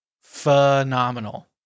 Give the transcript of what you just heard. phenomenal